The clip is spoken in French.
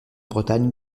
bretagne